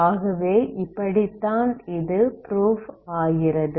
ஆகவே இப்படித்தான் இந்த ப்ரூஃப் போகிறது